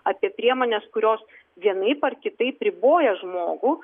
apie priemones kurios vienaip ar kitaip riboja žmogų